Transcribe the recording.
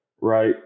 right